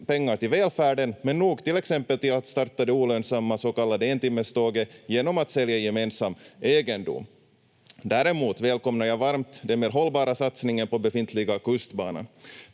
pengar till välfärden men nog till exempel till att starta det olönsamma så kallade entimmeståget genom att sälja gemensam egendom. Däremot välkomnar jag varmt den mer hållbara satsningen på den befintliga kustbanan